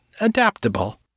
adaptable